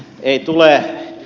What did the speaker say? ei tule